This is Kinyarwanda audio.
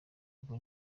ubwo